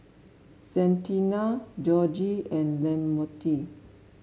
Santina Georgie and Lamonte